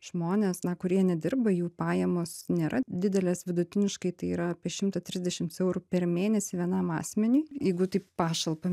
žmonės na kurie nedirba jų pajamos nėra didelės vidutiniškai tai yra apie šimtą trisdešims eurų per mėnesį vienam asmeniui jeigu taip pašalpą